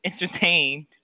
entertained